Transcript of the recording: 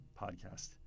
podcast